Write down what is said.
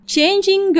Changing